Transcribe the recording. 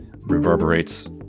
reverberates